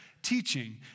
teaching